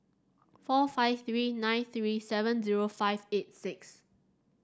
four five three nine three seven zero five eight six